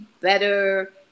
better